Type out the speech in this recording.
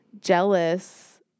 jealous